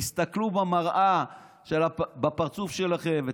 תסתכלו במראה בפרצוף שלכם.